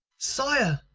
sire!